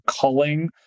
culling